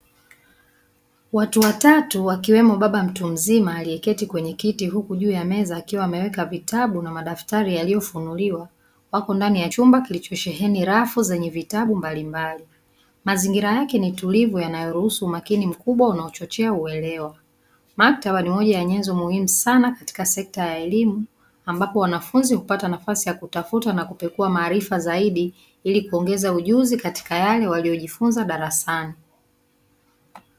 Watu watatu akiwemo baba mtu mzima aliyeketi kwenye kiti huku juu ya meza akiwa ameweka vitabu na madaftari yaliyofunuliwa wako ndani ya chumba kilichosheheni rafu zenye vitabu mbalimbali, mazingira yake ni tulivu yanayoruhusu umakini mkubwa unao chochea uelewa; Maktaba ni moja ya nyenzo muhimu sana katika sekta ya elimu ambapo wanafunzi hupata nafasi ya kutafuta na kupekua maarifa zaidi ili kuongeza ujuzi katika yale waliyojifunza darasani.